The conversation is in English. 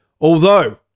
Although